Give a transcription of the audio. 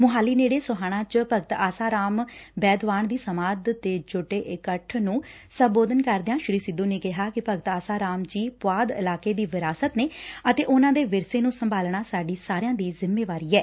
ਮੁਹਾਲੀ ਨੇੜੇ ਸੋਹਾਣਾ ਚ ਭਗਤ ਆਸਾ ਰਾਮ ਬੈਦਵਾਣ ਦੀ ਸਮਾਧ ਤੇ ਜੁੜੇ ਇਕੱਠ ਨੂੰ ਸੰਬੋਧਨ ਕਰਿਦਆਂ ਸ੍ਰੀ ਸਿੱਧੁ ਨੇ ਕਿਹਾ ਕਿ ਭਗਤ ਆਸਾ ਰਾਮ ਜੀ ਪੁਆਧ ਇਲਾਕੇ ਦੀ ਵਿਰਾਸਤ ਨੇ ਅਤੇ ਉਨ੍ਹਾਂ ਦੇ ਵਿਰਸੇ ਨੂੰ ਸੰਭਾਲਣਾ ਸਾਡੀ ਸਾਰੀਆਂ ਦੀ ਜਿੰਮੇਵਾਰੀ ਐ